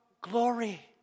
glory